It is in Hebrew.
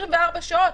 24 שעות,